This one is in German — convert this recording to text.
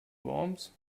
worms